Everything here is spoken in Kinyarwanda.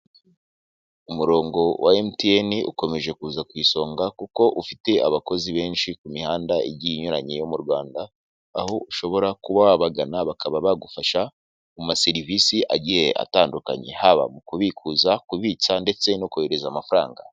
Umurongo wa emutiyene ukomeje kuza ku isonga kuko ufite abakozi benshi ku mihanda igiye inyuranye yo mu Rwanda, aho ushobora kuba wabagana bakaba bagufasha mu maserivisi agiye atandukanye haba mu kubikuza, kubitsa ndetse no kohereza amafaranga.